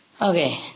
Okay